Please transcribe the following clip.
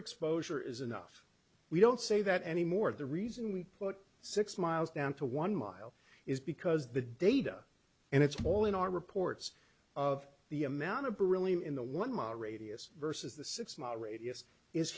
exposure is enough we don't say that anymore the reason we put six miles down to one mile is because the data and it's all in our reports of the amount of beryllium in the one mile radius versus the six mile radius is